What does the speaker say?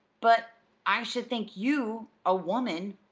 but i should think you, a woman,